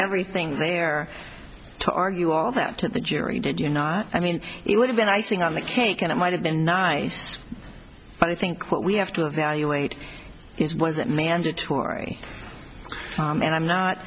everything there to argue all that to the jury did you not i mean it would have been icing on the cake and it might have been nice but i think what we have to evaluate is was it mandatory and i'm not